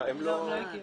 הם לא הגיעו.